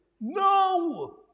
No